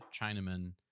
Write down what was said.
chinaman